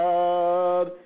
God